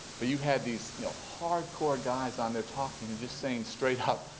but you have these, you know, hardcore guys on there talking and just saying straight up,